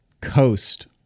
coast